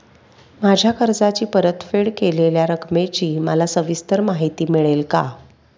माझ्या कर्जाची परतफेड केलेल्या रकमेची मला सविस्तर माहिती मिळेल का?